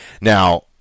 Now